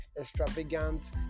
extravagant